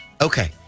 Okay